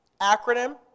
acronym